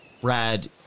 Brad